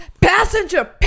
Passenger